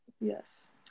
Yes